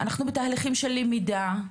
אנחנו בתהליכים של למידה,